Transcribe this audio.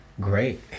Great